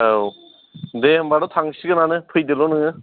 औ दे होनबाथ' थांसिगोनानो फैदोल' नोङो